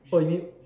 oh you mean